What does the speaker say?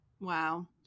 Wow